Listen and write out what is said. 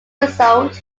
result